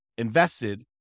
invested